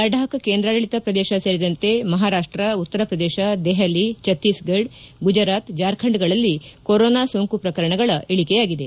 ಲಡಾಖ್ ಕೇಂದ್ರಾಡಳಿತ ಪ್ರದೇಶ ಸೇರಿದಂತೆ ಮಹಾರಾಪ್ಸ ಉತ್ತರಪ್ರದೇಶ ದೆಹಲಿ ಛತೀಸ್ಫಡ್ ಗುಜರಾತ್ ಜಾರ್ಖಂಡ್ಗಳಲ್ಲಿ ಕೊರೊನಾ ಸೋಂಕು ಪ್ರಕರಣಗಳ ಇಳಕೆಯಾಗಿದೆ